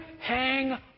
hang